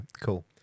cool